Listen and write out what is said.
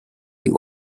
you